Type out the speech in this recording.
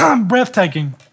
breathtaking